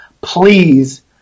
please